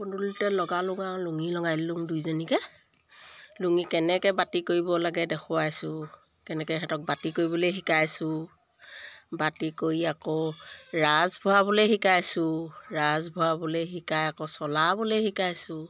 পদুলিতে লগালোঁ আৰু লুঙি লগাই দিলোঁ দুইজনীকে লুঙি কেনেকৈ বাতি কৰিব লাগে দেখুৱাইছোঁ কেনেকৈ সিহঁতক বাতি কৰিবলৈ শিকাইছোঁ বাতি কৰি আকৌ ৰাছ ভৰাবলৈ শিকাইছোঁ ৰাছ ভৰাবলে শিকাই আকৌ চলাবলৈ শিকাইছোঁ